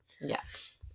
Yes